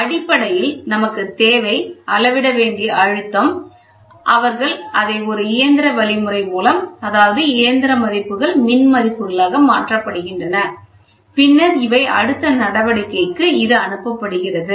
அடிப்படையில் நமக்குத் தேவை அளவிட வேண்டிய அழுத்தம் அவர்கள் அதை ஒரு இயந்திர வழிமுறை மூலம் அதாவது இயந்திர மதிப்புகள் மின் மதிப்பாக மாற்றப்படுகின்றன பின்னர் இவை அடுத்த நடவடிக்கைக்கு இது அனுப்பப்படுகிறது